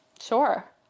Sure